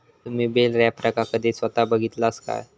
तुम्ही बेल रॅपरका कधी स्वता बघितलास काय?